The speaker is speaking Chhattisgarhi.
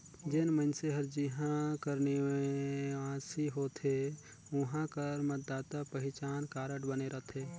जेन मइनसे हर जिहां कर निवासी होथे उहां कर मतदाता पहिचान कारड बने रहथे